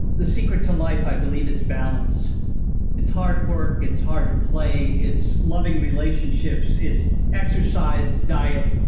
the secret to life i believe is balance it's hard work. it's hard play. it's loving relationships. it's exercise, diet.